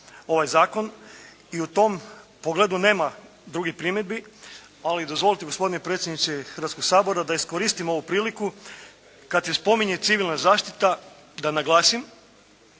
ovaj Zakon i u tom pogledu nema drugih primjedbi, ali dozvolite gospodine predsjedniče Hrvatskog sabora da iskoristim ovu priliku, kad se spominje civilna zaštita da naglasim